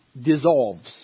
dissolves